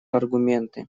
аргументы